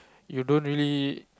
you don't really